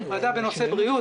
ועדה בנושא בריאות,